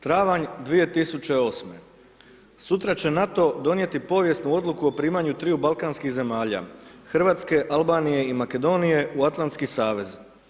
Travanj 2008. sutra će NATO donijeti povijesnu odluku o primanju triju balkanskih zemalja, Hrvatske, Albanije i Makedonije u Atlanski savez.